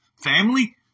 Family